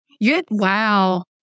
Wow